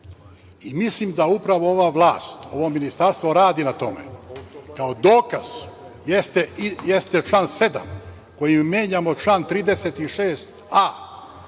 Mislim da upravo ova vlast, ovo ministarstvo, radi na tome. Kao dokaz jeste član 7, kojim menjamo član 36a.